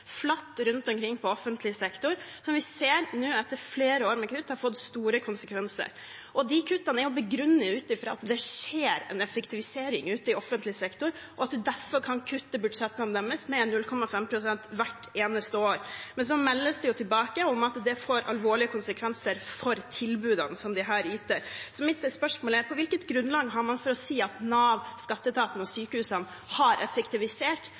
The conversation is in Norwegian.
flatt rundt omkring på offentlig sektor, og som vi nå ser – etter flere år med kutt – har fått store konsekvenser. Kuttene er begrunnet ut fra at det skjer en effektivisering ute i offentlig sektor, og at man derfor kan kutte budsjettene deres med 0,5 pst. hvert eneste år. Men så meldes det tilbake om at det får alvorlige konsekvenser for tilbudene de yter. Så mitt spørsmål er: Hvilket grunnlag har man for å si at Nav, skatteetaten og sykehusene har effektivisert